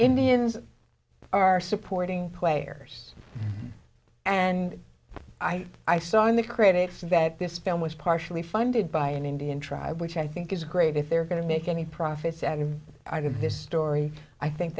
indians are supporting players and i i saw in the critics that this film was partially funded by an indian tribe which i think is great if they're going to make any profits and i did this story i think